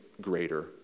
greater